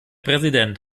präsident